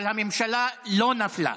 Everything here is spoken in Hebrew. אבל הממשלה לא נפלה,